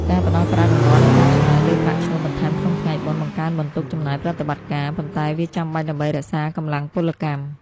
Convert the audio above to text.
ការផ្តល់ប្រាក់រង្វាន់ និងការចំណាយលើប្រាក់ឈ្នួលបន្ថែមក្នុងថ្ងៃបុណ្យ បង្កើនបន្ទុកចំណាយប្រតិបត្តិការ ប៉ុន្តែវាចាំបាច់ដើម្បីរក្សាកម្លាំងពលកម្ម។